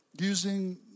using